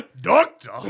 Doctor